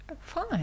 Fine